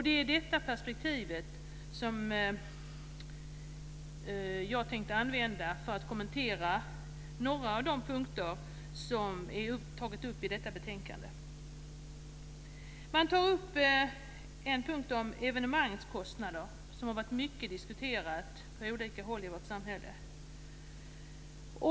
Det är det perspektivet som jag tänkte använda för att kommentera några av de punkter som har tagits upp i detta betänkande. Man tar upp en punkt om evenemangskostnader. Det har varit mycket diskuterat på olika håll i vårt samhälle.